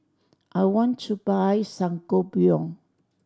I want to buy Sangobion